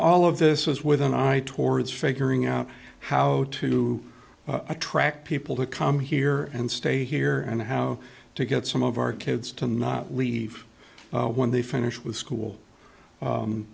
all of this is with an eye towards figuring out how to attract people to come here and stay here and how to get some of our kids to not leave when they finish with school